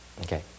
Okay